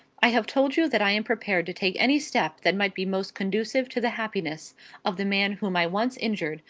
i have told you that i am prepared to take any step that may be most conducive to the happiness of the man whom i once injured,